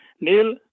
Neil